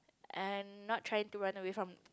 and not trying to run away from